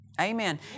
Amen